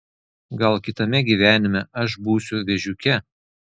gal kitame gyvenime aš būsiu vėžiuke